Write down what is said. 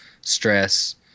stress